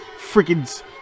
freaking